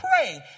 pray